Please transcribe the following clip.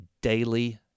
daily